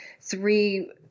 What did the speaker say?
three